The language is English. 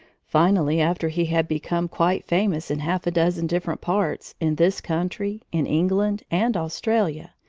finally, after he had become quite famous in half a dozen different parts, in this country, in england, and australia,